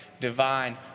divine